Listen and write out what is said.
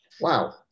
Wow